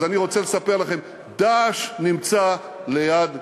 אז אני רוצה לספר לכם: "דאעש" נמצא ליד גבולנו.